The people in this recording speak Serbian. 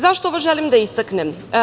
Zašto ovo želim da istaknem?